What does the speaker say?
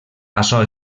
açò